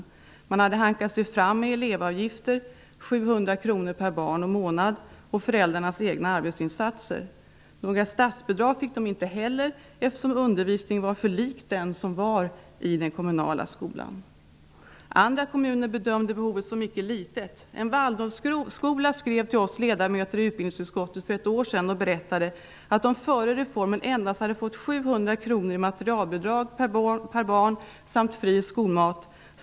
Skolan hade hankat sig fram med elevavgifter -- 700 kr per barn och månad -- och föräldrarnas egna arbetsinsatser. Några statsbidrag fick man inte heller, eftersom undervisningen var för lik den som bedrevs i den kommunala skolan. Andra kommuner bedömde behovet som mycket litet. Vi ledamöter i utbildningsutskottet fick för ett år ett brev från en Waldorfskola. Man skrev att man före reformen endast hade fått 700 kr i materialbidrag per barn samt fri skolmat.